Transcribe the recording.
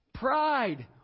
Pride